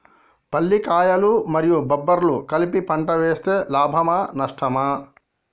పల్లికాయలు మరియు బబ్బర్లు కలిపి పంట వేస్తే లాభమా? నష్టమా?